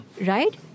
Right